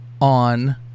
on